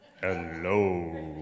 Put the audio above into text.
Hello